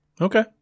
Okay